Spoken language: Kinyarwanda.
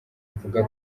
avuga